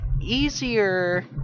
easier